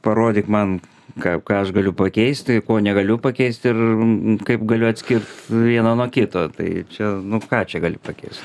parodyk man ką aš galiu pakeisti ko negaliu pakeist ir kaip galiu atskirt vieną nuo kito tai čia nu ką čia gali tokiais